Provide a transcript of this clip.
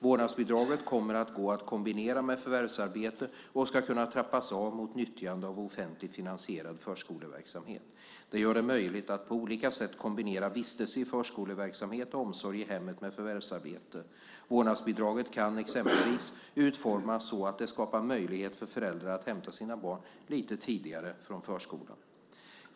Vårdnadsbidraget kommer att gå att kombinera med förvärvsarbete och ska kunna trappas av mot nyttjande av offentligt finansierad förskoleverksamhet. Detta gör det möjligt att på olika sätt kombinera vistelse i förskoleverksamhet och omsorg i hemmet med förvärvsarbete. Vårdnadsbidraget kan exempelvis utformas så att det skapar möjlighet för föräldrar att hämta sina barn lite tidigare från förskolan.